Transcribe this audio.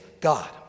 God